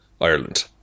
Ireland